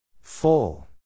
Full